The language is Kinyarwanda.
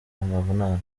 amavunane